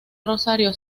rosario